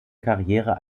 karriere